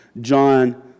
John